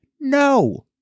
No